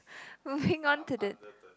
moving on to the